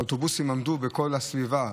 האוטובוסים עמדו בכל הסביבה.